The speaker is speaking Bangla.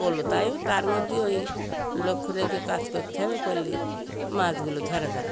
পলো তাই তার মধ্যে ওই লক্ষ্য রেখে কাজ করতে হবে করলে মাছগুলো ধরা যাবে